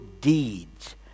deeds